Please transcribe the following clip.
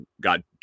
got